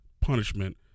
punishment